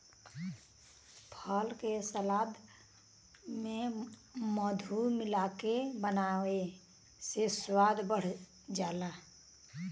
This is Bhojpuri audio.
फल के सलाद में मधु मिलाके बनावे से स्वाद बढ़ जाला